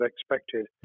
expected